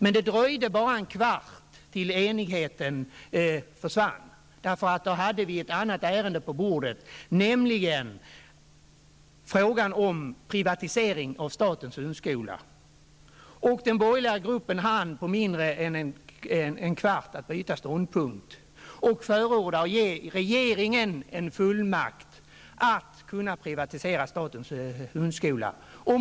Men det dröjde bara en kvart tills enigheten försvann. Då hade vi ett annat ärende på bordet, nämligen frågan om privatisering av statens hundskola. Den borgerliga gruppen hann på mindre än en kvart byta ståndpunkt och förorda att regeringen skall ges fullmakt att kunna privatisera statens hundskola.